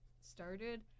started